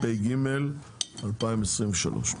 התשפ"ג-2023.